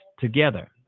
together